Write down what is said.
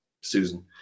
susan